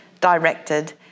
directed